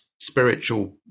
spiritual